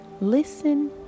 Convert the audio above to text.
listen